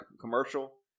commercial